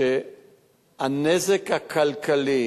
שהנזק הכלכלי